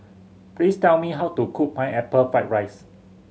please tell me how to cook Pineapple Fried rice